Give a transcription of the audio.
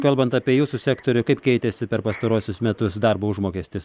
kalbant apie jūsų sektorių kaip keitėsi per pastaruosius metus darbo užmokestis